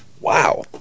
Wow